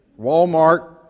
Walmart